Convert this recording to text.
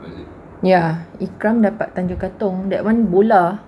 ya ikram dapat tanjong katong that [one] bola